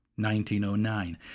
1909